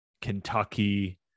Kentucky